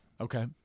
Okay